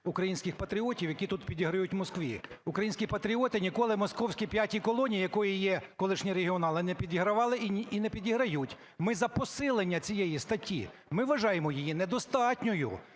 українських патріотів, які тут підіграють Москві. Українські патріоти ніколи московській "п'ятій колоні", якою є колишні "регіонали", не підігравали і не підграють. Ми за посилення цієї статті, ми вважаємо її недостатньою.